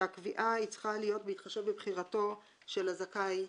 שהקביעה צריכה להיות בהתחשב בבחירתו של הזכאי,